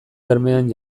bermean